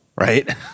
right